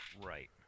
Right